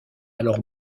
alors